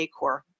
Acor